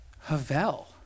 havel